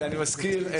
אני מזכיר,